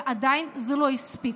ועדיין זה לא הספיק.